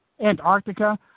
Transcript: Antarctica